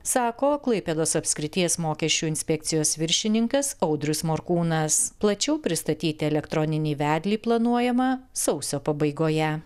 sako klaipėdos apskrities mokesčių inspekcijos viršininkas audrius morkūnas plačiau pristatyti elektroninį vedlį planuojama sausio pabaigoje